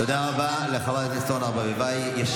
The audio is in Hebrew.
תודה רבה לחברת הכנסת אורנה ברביבאי.